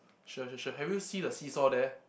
sure sure sure have you seen the seesaw there